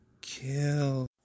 Kill